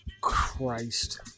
Christ